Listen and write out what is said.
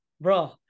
bro